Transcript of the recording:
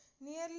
Nearly